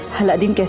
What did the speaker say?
aladdin.